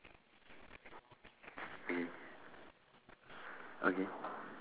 okay okay